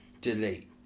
Delete